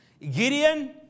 Gideon